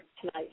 tonight